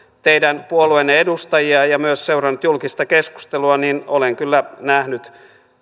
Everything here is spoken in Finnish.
teidän puolueenne edustajia ja myös seurannut julkista keskustelua niin olen kyllä nähnyt